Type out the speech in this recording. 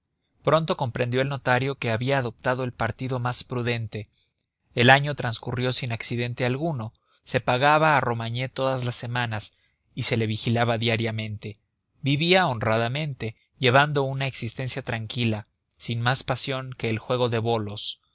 pronto comprendió el notario que había adoptado el partido más prudente el año transcurrió sin accidente alguno se pagaba a romagné todas las semanas y se le vigilaba diariamente vivía honradamente llevando una existencia tranquila sin más pasión que el juego de bolos